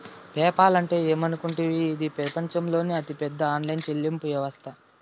PayPal అంటే ఏమనుకుంటివి, ఇది పెపంచంలోనే అతిపెద్ద ఆన్లైన్ చెల్లింపు యవస్తట